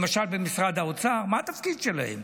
למשל, במשרד האוצר, מה התפקיד שלהם?